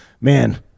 man